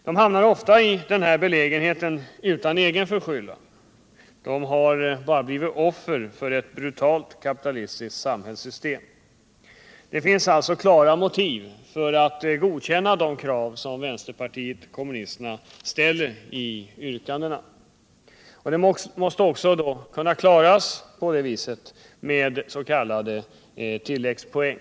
De hamnar ofta i denna belägenhet utan egen förskyllan — de har bara blivit offer för ett brutalt kapitalistiskt samhällssystem. Det finns alltså klara motiv för att godkänna de krav som vpk ställer i sina yrkanden, och de måste kunna klaras med s.k. tilläggspoäng.